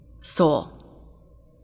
soul